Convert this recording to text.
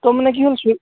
ত' মানে কি হ'ল ছুই